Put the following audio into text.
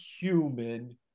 human